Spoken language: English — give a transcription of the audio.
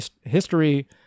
history